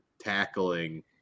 tackling